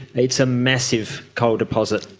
it's a massive coal deposit,